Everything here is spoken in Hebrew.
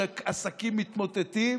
כשעסקים מתמוטטים,